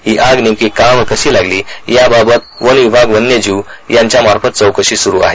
ही आग नेमकी कशी लागली याबाबत वनविभाग वन्यजीव यांच्यामार्फत चौकशी स्रु आहे